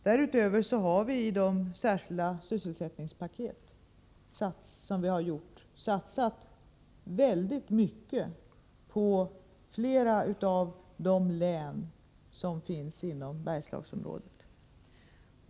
Därutöver har vi i det särskilda sysselsättningspaketet satsat väldigt mycket på flera av de län som finns inom Bergslagsområdet.